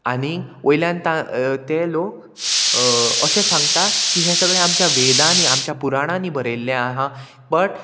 आनींक वयल्यान ते लोक अशें सांगता की हे सगळें आमच्या वेदांनी आमच्या पुराणांनी बरयल्ले आहा बट